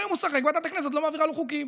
היה משחק, ועדת הכנסת לא מעבירה לו חוקים.